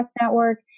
Network